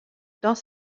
dans